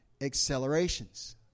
accelerations